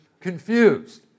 confused